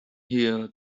here